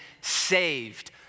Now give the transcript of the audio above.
saved